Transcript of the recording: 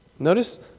Notice